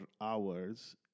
hours